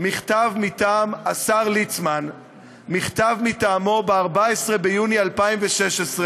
מכתב מטעם השר ליצמן ב-14 ביוני 2016,